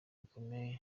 bikomeje